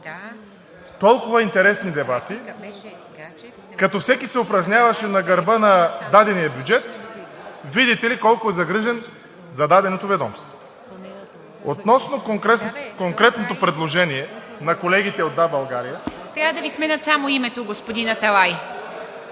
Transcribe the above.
толкова интересни дебати, като всеки се упражняваше на гърба на дадения бюджет, видите ли, колко е загрижен за даденото ведомство. Относно конкретното предложение на колегите от „Да, България“… ПРЕДСЕДАТЕЛ ИВА МИТЕВА: Трябва да Ви сменят само името, господин Аталай.